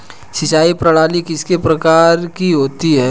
सिंचाई प्रणाली कितने प्रकार की होती हैं?